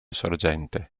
sorgente